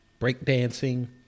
breakdancing